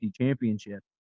championship